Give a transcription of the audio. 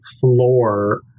floor